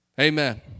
Amen